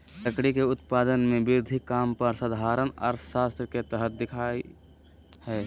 लकड़ी के उत्पादन में वृद्धि काम पर साधारण अर्थशास्त्र के तरह दिखा हइ